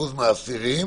מהאסירים